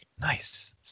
Nice